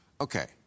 Okay